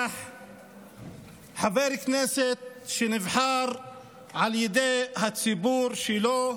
חבר כנסת שנבחר על ידי הציבור שלו,